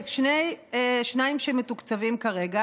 יש שניים שמתוקצבים כרגע,